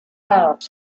out